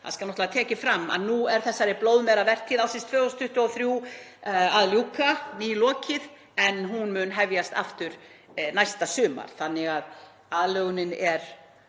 Það skal tekið fram að nú er þessari blóðmeravertíð ársins 2023 að ljúka, er nýlokið, en hún mun hefjast aftur næsta sumar þannig að aðlögunin er